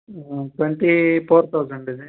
ಹಾಂ twenty four thousand ಇದೆ